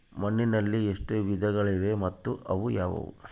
ಮಣ್ಣಿನಲ್ಲಿ ಎಷ್ಟು ವಿಧಗಳಿವೆ ಮತ್ತು ಅವು ಯಾವುವು?